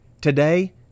Today